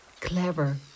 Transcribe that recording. Clever